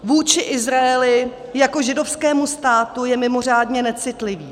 Vůči Izraeli jako židovskému státu je mimořádně necitlivý.